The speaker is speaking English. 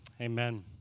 Amen